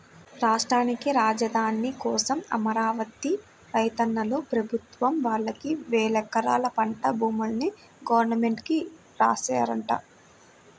రాష్ట్రానికి రాజధాని కోసం అమరావతి రైతన్నలు ప్రభుత్వం వాళ్ళకి వేలెకరాల పంట భూముల్ని గవర్నమెంట్ కి రాశారంట